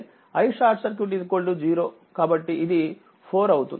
కాబట్టి ఇది 4 అవుతుంది